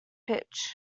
pitch